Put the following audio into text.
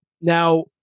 Now